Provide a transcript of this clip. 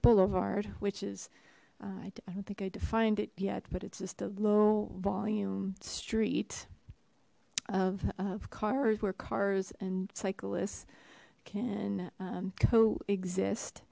boulevard which is i don't think i defined it yet but it's just a low volume street of of cars where cars and cyclists can co exist